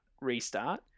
restart